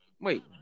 Wait